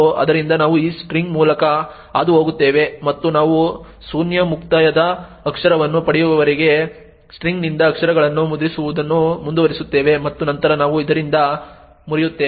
ಆದ್ದರಿಂದ ನಾವು ಈ ಸ್ಟ್ರಿಂಗ್ ಮೂಲಕ ಹಾದು ಹೋಗುತ್ತೇವೆ ಮತ್ತು ನಾವು ಶೂನ್ಯ ಮುಕ್ತಾಯದ ಅಕ್ಷರವನ್ನು ಪಡೆಯುವವರೆಗೆ ಸ್ಟ್ರಿಂಗ್ನಿಂದ ಅಕ್ಷರಗಳನ್ನು ಮುದ್ರಿಸುವುದನ್ನು ಮುಂದುವರಿಸುತ್ತೇವೆ ಮತ್ತು ನಂತರ ನಾವು ಇದರಿಂದ ಮುರಿಯುತ್ತೇವೆ